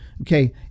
Okay